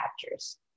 captures